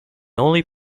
only